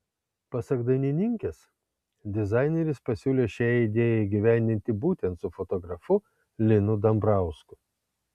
pasak dainininkės dizaineris pasiūlė šią idėją įgyvendinti būtent su fotografu linu dambrausku